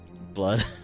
blood